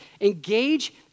Engage